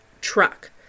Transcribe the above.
truck